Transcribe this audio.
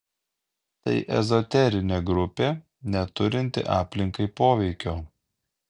tai ezoterinė grupė neturinti aplinkai poveikio